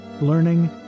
learning